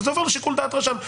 שזה עובר לשיקול דעת רשם.